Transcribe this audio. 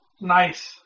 nice